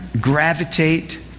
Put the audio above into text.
gravitate